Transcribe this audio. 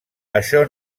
això